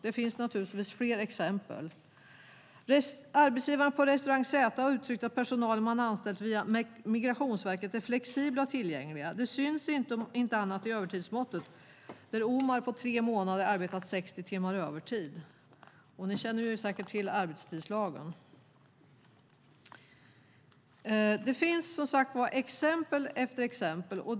Det finns naturligtvis fler exempel. "Arbetsgivaren på restaurang Z har uttryckt att personalen man anställt via Migrationsverket är 'flexibla' och 'tillgängliga'. Det syns om inte annat i övertidsmåttet där Omar på tre månader arbetat 60 timmar övertid." Ni känner säkert till arbetstidslagen. Det finns exempel efter exempel.